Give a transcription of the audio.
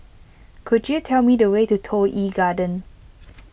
could you tell me the way to Toh Yi Garden